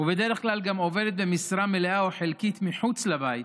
ובדרך כלל גם עובדת במשרה מלאה או חלקית מחוץ לבית,